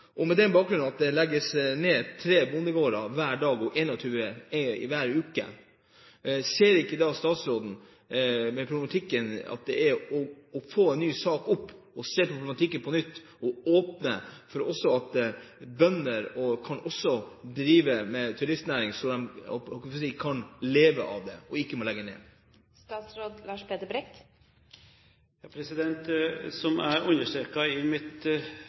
problemer med fjellstyrene, som har en annen måte å vurdere «tida og tilhøva» på: Man har ikke noen bruksrett her. Med bakgrunn i at det legges ned tre bondegårder hver dag, 21 hver uke, ser ikke statsråden behovet for å få en ny sak opp, se på problematikken på nytt og åpne for at bønder også kan drive med turistnæring, slik at de kan leve av gården og ikke må legge ned? Som jeg understreket i mitt